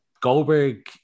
Goldberg